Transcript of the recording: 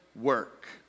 work